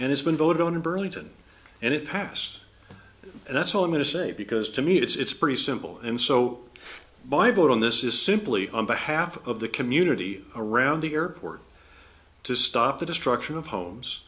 and it's been voted on in burlington and it passed and that's all i'm going to say because to me it's pretty simple and so my vote on this is simply on behalf of the community around the airport to stop the destruction of homes